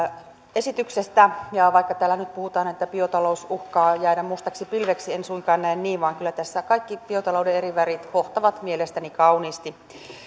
esityksestä vaikka täällä nyt puhutaan että biotalous uhkaa jäädä mustaksi pilveksi en suinkaan näe niin vaan kyllä tässä kaikki biotalouden eri värit hohtavat mielestäni kauniisti